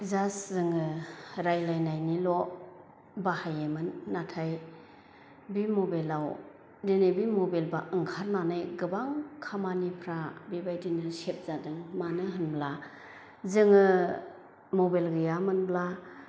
just जोङो रायलायनायनिल' बाहायोमोन नाथाय बे मबेलाव दिनै बे मबेल बा ओंखारनानै गोबां खामानिफ्रा बेबायदिनो सेभ जादों मानो होनब्ला जोङो मबेल गैयामोनब्ला